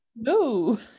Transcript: No